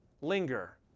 linger